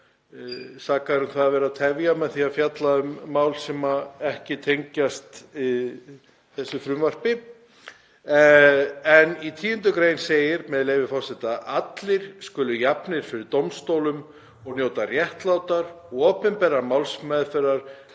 sakaður um að vera að tefja með því að fjalla um mál sem ekki tengjast þessu frumvarpi. En í 10. gr. segir, með leyfi forseta: „Allir skulu jafnir fyrir dómstólum og njóta réttlátrar, opinberrar málsmeðferðar